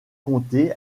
compter